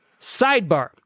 Sidebar